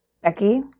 Becky